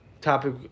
topic